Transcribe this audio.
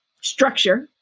structure